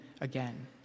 again